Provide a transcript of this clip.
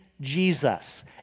Jesus